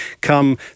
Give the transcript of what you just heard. come